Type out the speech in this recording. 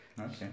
Okay